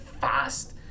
fast